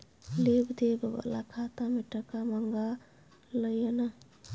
लेब देब बला खाता मे टका मँगा लय ना